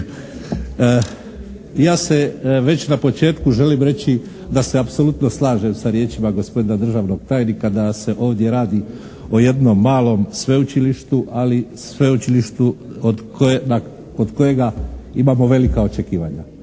Ja se već na početku želim reći da se apsolutno slažem sa riječima gospodina državnog tajnika da se ovdje radi o jednom malom sveučilištu ali sveučilištu od kojega imamo velika očekivanja.